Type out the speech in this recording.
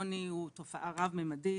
עוני הוא תופעה רב- ממדית.